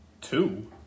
Two